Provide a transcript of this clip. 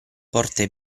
porte